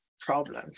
problems